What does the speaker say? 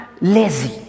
lazy